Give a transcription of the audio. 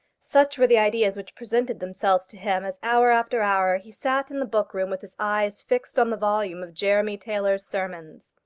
such were the ideas which presented themselves to him as hour after hour he sat in the book-room with his eyes fixed on the volume of jeremy taylor's sermons.